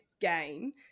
game